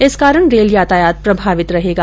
इस कारण रेल यातायात प्रभावित रहेगा